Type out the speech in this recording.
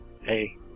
Hey